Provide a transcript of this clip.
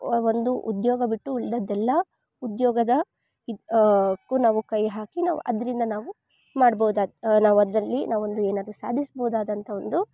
ಆ ಒಂದು ಉದ್ಯೋಗ ಬಿಟ್ಟು ಉಳಿದದ್ದೆಲ್ಲ ಉದ್ಯೋಗದ ಕ್ಕು ನಾವು ಕೈ ಹಾಕಿ ನಾವು ಅದರಿಂದ ನಾವು ಮಾಡ್ಬೌದು ನಾವು ಅದರಲ್ಲಿ ನಾವು ಒಂದು ಏನಾದರು ಸಾಧಿಸ್ಬೊದಾದಂಥ ಒಂದು